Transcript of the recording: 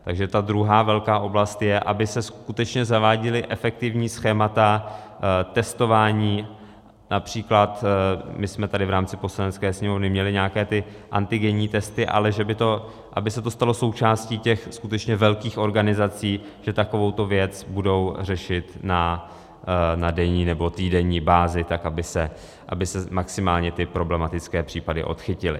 Takže ta druhá velká oblast je, aby se skutečně zaváděla efektivní schémata testování, například my jsme tady v rámci Poslanecké sněmovny měli nějaké ty antigenní testy, ale aby se to stalo součástí těch skutečně velkých organizací, že takovouto věc budou řešit na denní nebo týdenní bázi, tak aby se maximálně ty problematické případy odchytily.